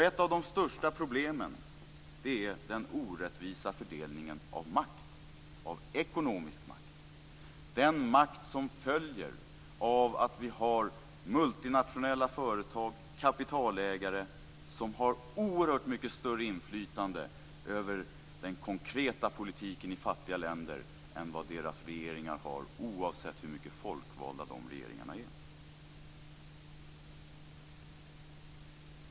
Ett av de största problemen är den orättvisa fördelningen av makt, av ekonomisk makt - den makt som följer av att multinationella företag och kapitalägare har oerhört mycket större inflytande över den konkreta politiken i fattiga länder än vad dessas regeringar har, oavsett hur folkvalda de regeringarna är.